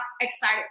excited